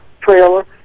trailer